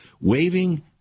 waving